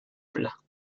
plat